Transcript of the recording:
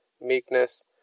meekness